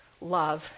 love